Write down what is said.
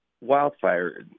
wildfire